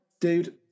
dude